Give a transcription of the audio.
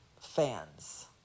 fans